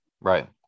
Right